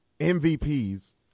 MVPs